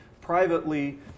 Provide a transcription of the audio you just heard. privately